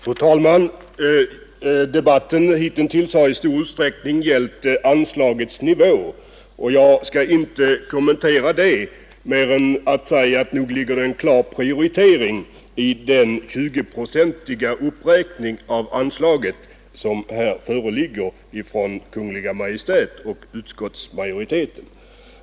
Fru talman! Debatten hitintills har i stor utsträckning gällt anslagets nivå, och jag skall inte kommentera detta med mer än att säga att nog ligger det en klar prioritering i den 20-procentiga uppräkning av anslaget som här föreligger från Kungl. Maj:t och utskottsmajoriteten.